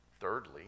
Thirdly